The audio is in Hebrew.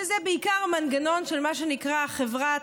שזה בעיקר המנגנון של מה שנקרא החברה,